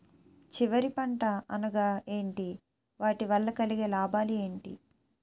చివరి పంట అనగా ఏంటి వాటి వల్ల కలిగే లాభాలు ఏంటి